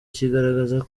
kigaragaza